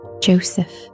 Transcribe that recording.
Joseph